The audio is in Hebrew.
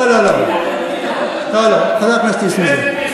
לא, לא, לא, חבר הכנסת נסים זאב.